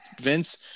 Vince